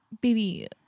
baby